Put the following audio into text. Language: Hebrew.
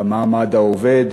במעמד העובד,